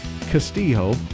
Castillo